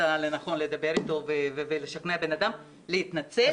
לנכון לדבר איתו ולשכנע בן-אדם להתנצל.